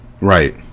Right